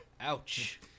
Ouch